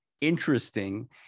interesting